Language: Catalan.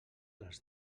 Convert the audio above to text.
les